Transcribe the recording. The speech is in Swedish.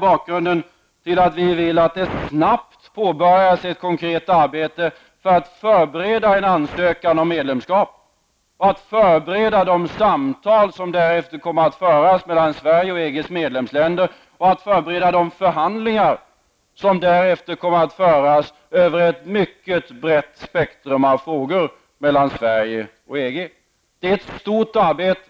bakgrunden till att vi vill att det snabbt påbörjas ett konkret arbete för att förbereda en ansökan om medlemskap, förberedelser för de samtal som därefter kommer att föras mellan Sverige och EGs medlemsländer och att förbereda de förhandlingar som därefter kommer att föras över ett mycket brett spektrum av frågor mellan Sverige och EG. Det är ett stort arbete.